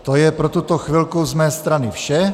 To je pro tuto chvilku z mé strany vše.